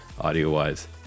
audio-wise